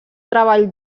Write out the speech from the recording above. treball